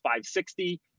560